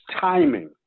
timing